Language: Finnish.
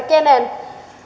kenen